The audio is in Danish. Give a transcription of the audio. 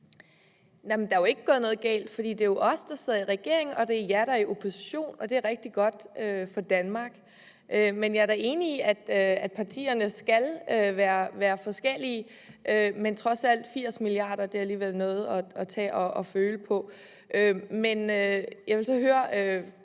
Jamen der er ikke gået noget galt, for det er jo os, der sidder i regering, og det er De Konservative, der er i opposition, og det er rigtig godt for Danmark. Jeg er da enig i, at partierne skal være forskellige, men 80 mia. kr. er trods alt alligevel noget, der er til at tage og føle på. Men jeg ville høre,